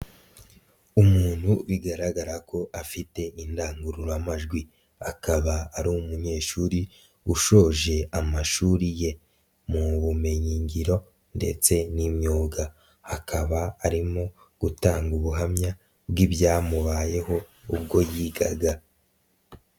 Umuntu bigaragara ko afite indangururamajwi, akaba ari umunyeshuri ushoje amashuri ye, mu bumenyingiro ndetse n'imyuga, akaba arimo gutanga ubuhamya bw'ibyamubayeho ubwo yigaga.